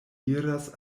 iras